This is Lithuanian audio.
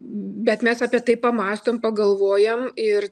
bet mes apie tai pamąstom pagalvojam ir